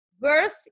Birth